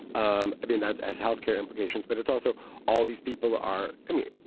um i mean, that has healthcare implications. but it's also all these people are. i mean,